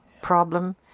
problem